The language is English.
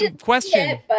question